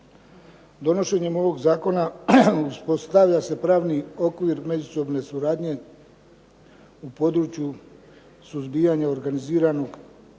Donošenjem ovog zakona uspostavlja se pravni okvir međusobne suradnje u području suzbijanja organiziranog i